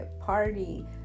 party